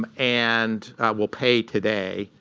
um and will pay today,